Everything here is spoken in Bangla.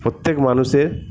প্রত্যেক মানুষের